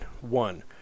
One